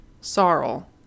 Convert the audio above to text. Sorrel